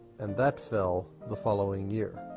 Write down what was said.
and that fell the following year.